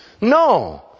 no